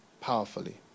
powerfully